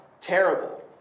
terrible